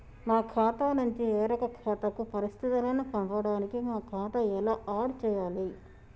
మా ఖాతా నుంచి వేరొక ఖాతాకు పరిస్థితులను పంపడానికి మా ఖాతా ఎలా ఆడ్ చేయాలి?